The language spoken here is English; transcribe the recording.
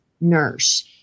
nurse